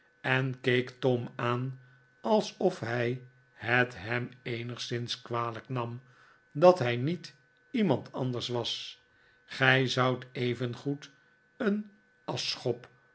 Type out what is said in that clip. en keek tom aan alsof hij het hem eenigszins kwalijk nam dat hij niet iemand anders was gij zoudt evengoed een